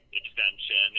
extension